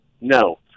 No